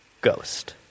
ghost